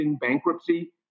bankruptcy